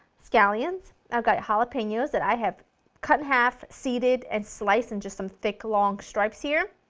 scallions, i've got jalapenos that i have cut in half, seeded and sliced into some thick long stripes here.